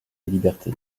liberté